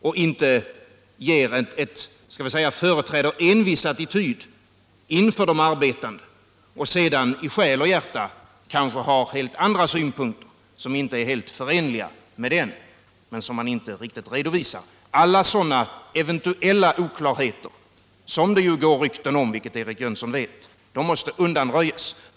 Man får inte, låt mig säga, företräda en viss attityd inför de arbetande och sedan i själ och hjärta kanske ha helt andra synpunkter, som inte är fullt förenliga med den attityden och som man inte riktigt redovisar. Alla eventuella oklarheter av det slaget — som det ju går rykten om, vilket Eric Jönsson vet — måste undanröjas.